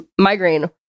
migraine